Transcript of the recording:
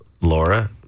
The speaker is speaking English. Laura